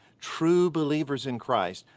true believers in christ,